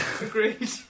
Agreed